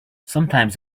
sometimes